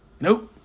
Nope